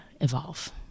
evolve